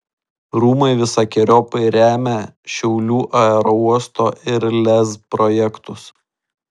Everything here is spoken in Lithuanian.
rūmai visokeriopai remia šiaulių aerouosto ir lez projektus